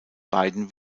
beiden